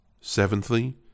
Seventhly